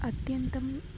अत्यन्तम्